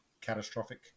catastrophic